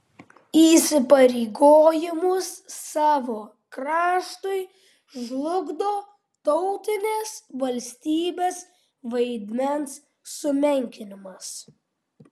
įsipareigojimus savo kraštui žlugdo tautinės valstybės vaidmens sumenkinimas